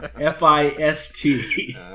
F-I-S-T